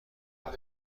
قرار